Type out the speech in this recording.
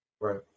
right